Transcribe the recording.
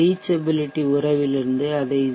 reachability உறவில் இருந்து அதை 0